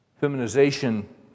feminization